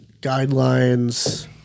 guidelines